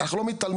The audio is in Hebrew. אנחנו לא מתעלמים,